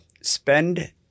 Spend